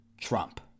Trump